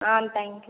ஆ thank you